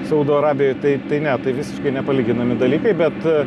saudo arabijoj tai tai ne tai visiškai nepalyginami dalykai bet